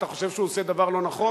אתה חושב שהוא עושה דבר לא נכון?